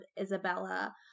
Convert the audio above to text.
Isabella